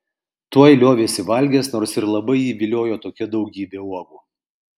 tuoj liovėsi valgęs nors ir labai jį viliojo tokia daugybė uogų